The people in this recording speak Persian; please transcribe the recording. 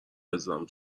عزیزم